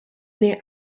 near